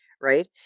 right